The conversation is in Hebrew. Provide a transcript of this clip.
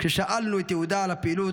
כששאלנו את יהודה על הפעילות,